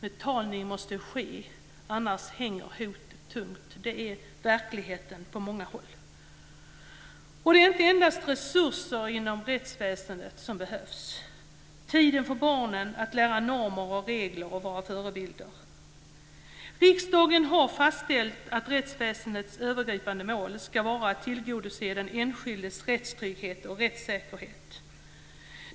Betalning måste ske, annars hänger hotet tungt. Det är verkligheten på många håll. Det är inte endast resurser inom rättsväsendet som behövs. Det handlar också om att ge tid för att barnen ska lära sig normer och regler. Det handlar om att vara förebilder. Riksdagen har fastställt att rättsväsendets övergripande mål ska vara att tillgodose den enskildes rättstrygghet och rättssäkerhet.